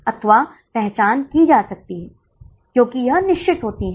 2 3 4 बसों के लिए क्या होगा